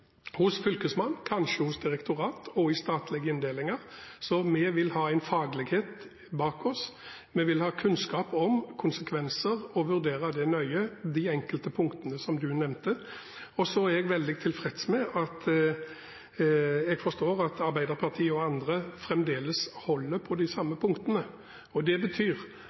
hos Fylkesmannen, og kanskje hos direktorater og i statlige inndelinger, at vi vil ha en faglighet bak oss. Vi vil ha kunnskap om konsekvenser og nøye vurdere de enkelte punktene du nevnte. Jeg er veldig tilfreds med – jeg forstår at Arbeiderpartiet og andre fremdeles holder på de samme punktene – at det